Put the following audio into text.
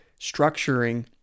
structuring